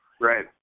Right